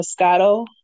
Moscato